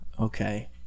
okay